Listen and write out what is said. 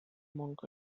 monk